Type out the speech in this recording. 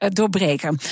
doorbreken